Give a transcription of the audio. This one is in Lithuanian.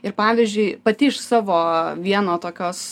ir pavyzdžiui pati iš savo vieno tokios